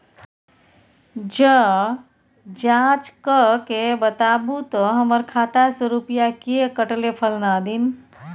ज जॉंच कअ के बताबू त हमर खाता से रुपिया किये कटले फलना दिन?